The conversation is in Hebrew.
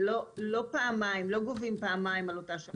ולא פעמיים, לא גובים פעמיים על אותה שעה.